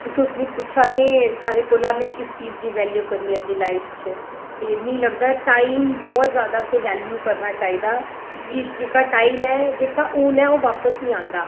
तुस मी पुच्छै दे हे सारा कोला में किस चीज़ गी बेल्यू करनी में अपनी लाइफ च ते मीं लगदा टाइम बहुत ज्यादा असेंगी बेल्यू करना चाहिदा कि के जेह्का टाइम ऐ जेह्का हून ऐ ओह् बापस नेईं आंदा